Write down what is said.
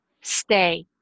stay